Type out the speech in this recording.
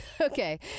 Okay